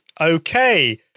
Okay